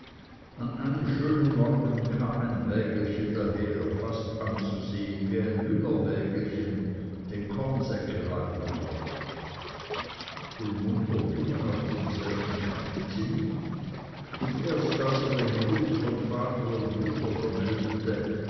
an einem schönen morgen kam ein wägelchen daher fast anzusehen wie ein müllerwägelchen denn kornsäcke lagen darauf den muntern jungen auf demselben kannten sie nicht und erst als er den gruß von vater und mutter vermeldete